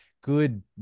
good